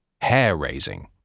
hair-raising